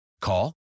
Call